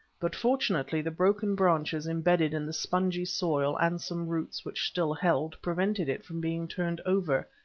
but fortunately the broken branches embedded in the spongy soil, and some roots, which still held, prevented it from being turned over,